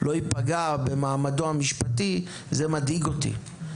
לא ייפגע במעמדו המשפטי זה מדאיג אותי.